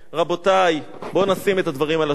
רבותי, בואו נשים את הדברים על השולחן.